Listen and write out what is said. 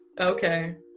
Okay